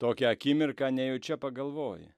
tokią akimirką nejučia pagalvoji